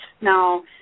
Now